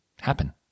happen